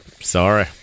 Sorry